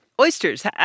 oysters